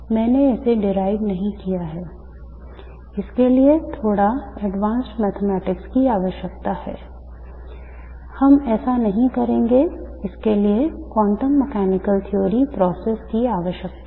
मैंने इसे व्युत्पन्न की आवश्यकता है हम ऐसा नहीं करेंगे इसके लिए quantum mechanical theory processes की आवश्यकता है